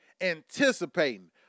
anticipating